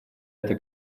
это